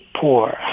poor